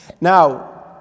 Now